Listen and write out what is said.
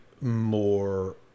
more